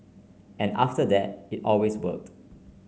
and after that it always worked